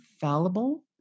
fallible